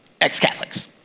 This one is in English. ex-Catholics